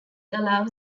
allows